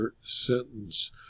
sentence